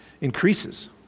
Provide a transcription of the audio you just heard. increases